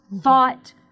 thought